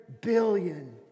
billion